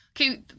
Okay